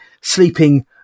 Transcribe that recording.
sleeping